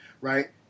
right